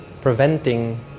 preventing